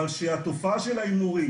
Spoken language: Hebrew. אבל שהתופעה של ההימורים,